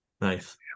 Nice